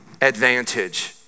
advantage